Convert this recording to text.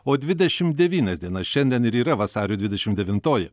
o dvidešim dienas šiandien yra vasario dvidešim devintoji